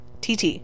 TT